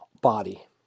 body